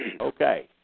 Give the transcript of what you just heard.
Okay